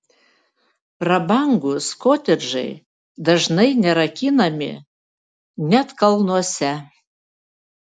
prabangūs kotedžai dažnai nerakinami net kalnuose